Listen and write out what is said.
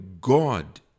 God